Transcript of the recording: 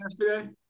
yesterday